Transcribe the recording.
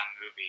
movie